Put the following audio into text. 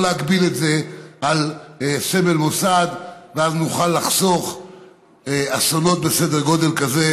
לא להגביל את זה בסמל מוסד ואז נוכל לחסוך אסונות בסדר גודל כזה,